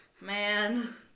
man